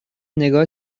نگاه